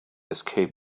escape